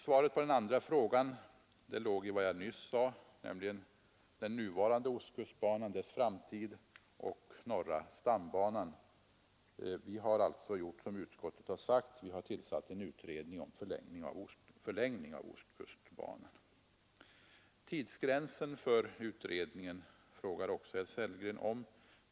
Svaret på den andra frågan låg i vad jag nyss sade om den nuvarande ostkustbanans framtid och om norra stambanan. Vi har alltså gjort som utskottet har sagt: vi har tillsatt en utredning om förlängning av ostkustbanan. S Tidsgränsen för utredningen frågar också herr Sellgren om.